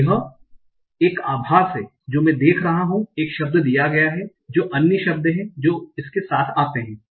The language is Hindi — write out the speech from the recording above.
तो यह आभास है जो मैं देख रहा हूँ एक शब्द दिया गया है जो अन्य शब्द हैं जो इसके साथ आते हैं